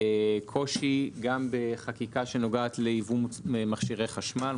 קושי גם בחקיקה שנוגעת לייבוא מכשירי חשמל.